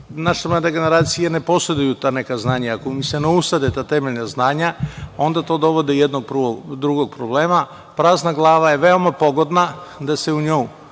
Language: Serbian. naše mlade generacije ne poseduju ta neka znanja i ako im se ne usade ta temeljna znanja, onda to dovodi do jednog drugog problema. Prazna glava je veoma pogodna da se u nju